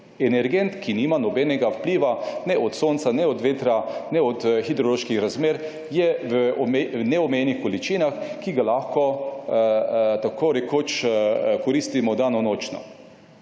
energent, ki nima nobenega vpliva, ne od sonca ne od vetra ne od hidroloških razmer, je v neomejenih količinah, ki jih lahko tako rekoč koristimo dan in noč.